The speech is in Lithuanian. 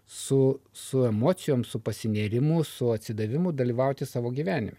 su su emocijom su pasinėrimu su atsidavimu dalyvauti savo gyvenime